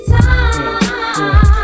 time